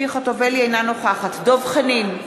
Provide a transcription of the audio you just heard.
אינה נוכחת דב חנין,